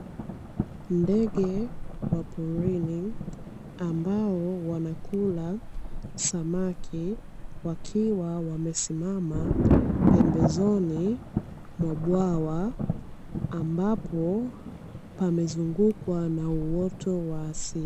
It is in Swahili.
Ndege wa porini ambao wanakula samaki, wakiwa wamesimama pembezoni mwa bwawa, ambapo pamezungukwa na uoto wa asili.